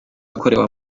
yakorewe